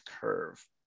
curve